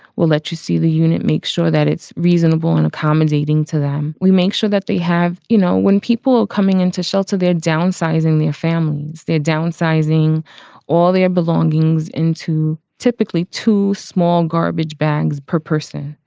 we'll let you see the unit, make sure that it's reasonable and accommodating to them. we make sure that they have you know, when people coming into shelter, they're downsizing their families. they're downsizing all their belongings into typically two small garbage bags per person.